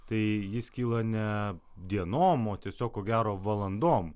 tai jis kyla ne dienom o tiesiog ko gero valandom